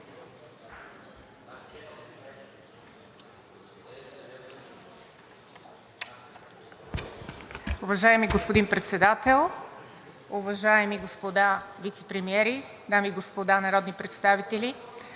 Уважаеми господин Председател, уважаеми господа вицепремиери, дами и господа народни представители!